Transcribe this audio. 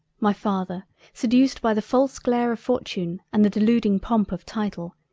my father seduced by the false glare of fortune and the deluding pomp of title,